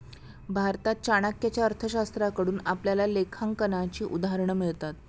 भारतात चाणक्याच्या अर्थशास्त्राकडून आपल्याला लेखांकनाची उदाहरणं मिळतात